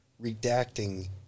redacting